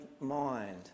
mind